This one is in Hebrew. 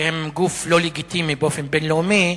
שהם גוף לא לגיטימי באופן בין-לאומי,